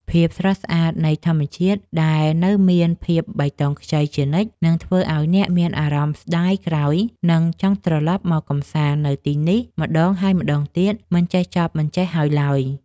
ភាពស្រស់ស្អាតនៃធម្មជាតិដែលនៅមានភាពបៃតងខ្ចីជានិច្ចនឹងធ្វើឱ្យអ្នកមានអារម្មណ៍ស្ដាយក្រោយ និង ចង់ត្រឡប់មកកម្សាន្តនៅទីនេះម្ដងហើយម្ដងទៀតមិនចេះចប់មិនចេះហើយឡើយ។